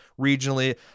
regionally